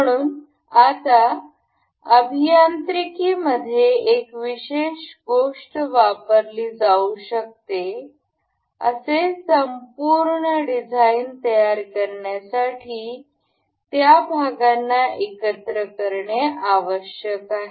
म्हणून आता अभियांत्रिकी मध्ये एक विशेष गोष्ट वापरली जाऊ शकते असे संपूर्ण डिझाइन तयार करण्यासाठी त्या भागांना एकत्र करणे आवश्यक आहे